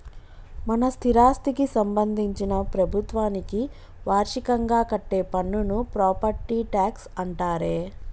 మన స్థిరాస్థికి సంబందించిన ప్రభుత్వానికి వార్షికంగా కట్టే పన్నును ప్రాపట్టి ట్యాక్స్ అంటారే